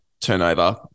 turnover